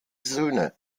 söhne